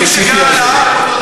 שאין להם שום מקום.